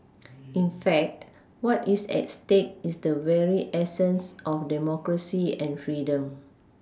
in fact what is at stake is the very essence of democracy and freedom